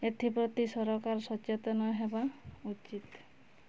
ଏଥିପ୍ରତି ସରକାର ସଚେତନ ହେବା ଉଚିତ୍